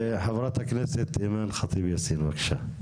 חברת הכנסת אימאן ח'טיב יאסין, בבקשה.